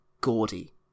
gaudy